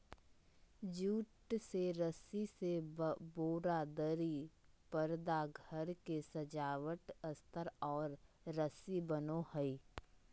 jute से रस्सी से बोरा, दरी, परदा घर के सजावट अस्तर और रस्सी बनो हइ